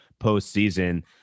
postseason